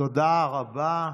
תודה רבה.